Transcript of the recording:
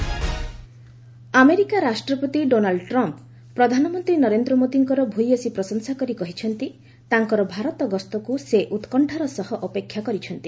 Trump India statement America ରାଷ୍ଟ୍ରପତି Donald Trump ପ୍ରଧାନମନ୍ତ୍ରୀ ନରେନ୍ଦ୍ର ମୋଦିଙ୍କର ଭୂୟସୀ ପ୍ରଶଂସା କରି କହିଛନ୍ତି ତାଙ୍କର ଭାରତ ଗସ୍ତକୁ ସେ ଉତ୍କଶ୍ଚାର ସହ ଅପେକ୍ଷା କରିଛନ୍ତି